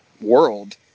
world